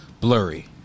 Blurry